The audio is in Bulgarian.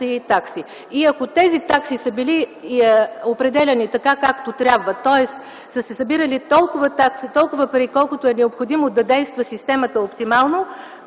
Ако тези такси са били определяни така, както трябва, тоест са се събирали толкова пари, колкото е необходимо да действа системата оптимално,